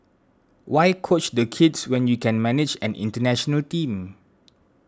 why coach the kids when you can manage an international Team